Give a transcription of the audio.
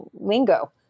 lingo